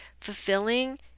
fulfilling